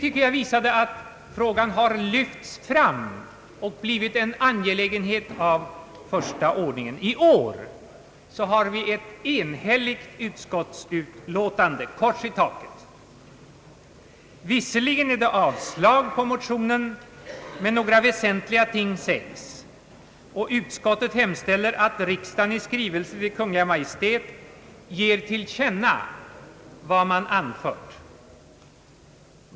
Det visar, tycker jag, att frågan lyfts fram och blivit en angelägenhet av första ordningen. I år har vi ett enhälligt utskottsutlåtande. Kors i taket! Visserligen avstyrks motionen, men några väsentliga ting sägs, och utskottet hemställer att riksdagen i skrivelse till Kungl. Maj:t »ger till känna» vad man anfört.